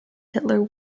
hitler